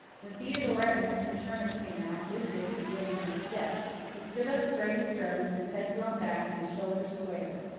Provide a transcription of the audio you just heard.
when theodora and mr. sherman came out, ludovic was waiting on the steps. he stood up straight and stern, with his head thrown back and his shoulders squared.